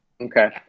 Okay